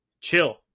Chill